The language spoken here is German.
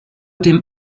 dem